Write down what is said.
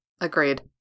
agreed